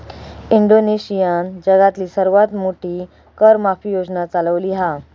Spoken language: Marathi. इंडोनेशियानं जगातली सर्वात मोठी कर माफी योजना चालवली हा